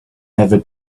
never